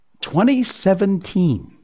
2017